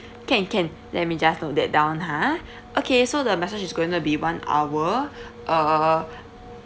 can can let me just note that down ha okay so the massage is going to be one hour uh